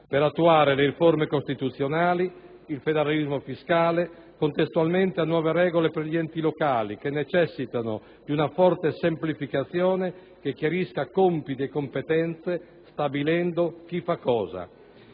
per attuare le riforme costituzionali, il federalismo fiscale contestualmente a nuove regole per gli enti locali che necessitano di una forte semplificazione che chiarisca compiti e competenze, stabilendo chi fa che